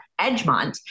Edgemont